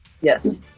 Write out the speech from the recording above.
Yes